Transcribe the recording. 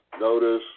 notice